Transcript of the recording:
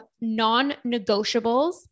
non-negotiables